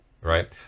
Right